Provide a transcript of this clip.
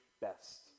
best